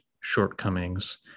shortcomings